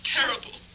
Terrible